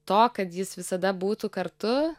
to kad jis visada būtų kartu